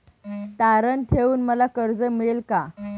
तारण ठेवून मला कर्ज मिळेल का?